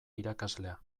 irakaslea